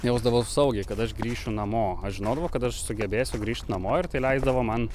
jausdavaus saugiai kad aš grįšiu namo žinodavau kad aš sugebėsiu grįžt namo ir tai leisdavo man